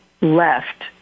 left